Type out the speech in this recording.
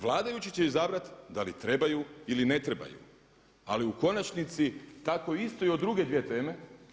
Vladajući će izabrati da li trebaju ili ne trebaju ali u konačnici tako isto i o druge dvije teme.